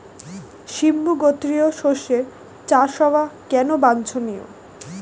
সিম্বু গোত্রীয় শস্যের চাষ হওয়া কেন বাঞ্ছনীয়?